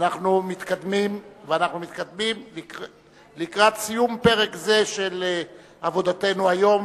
אנחנו מתקדמים לקראת סיום פרק זה של עבודתנו היום,